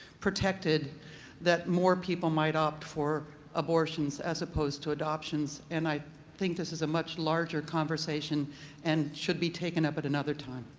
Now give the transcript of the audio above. protected that more people might opt for abortions as opposed to adoptions, and i think this is a much larger conversation and should be taken up at another time.